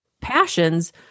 passions